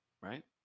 Right